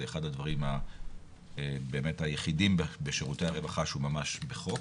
זה אחד הדברים הבאמת היחידים בשירותי הרווחה שהוא ממש בחוק